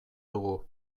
dugu